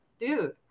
dude